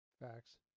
Facts